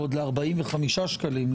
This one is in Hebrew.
ועוד ל-45 שקלים,